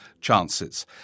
chances